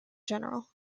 general